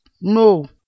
no